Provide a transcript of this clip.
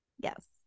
yes